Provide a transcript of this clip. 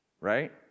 right